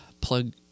plug